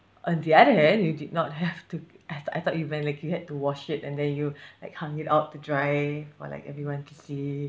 on the other hand you did not have to I I thought you meant like you had to wash it and then you like hung it out to dry for like everyone to see